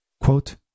Quote